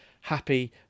happy